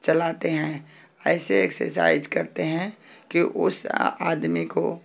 चलाते हैं ऐसे एक्सरसाइज करते हैं कि उस आदमी को